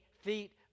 feet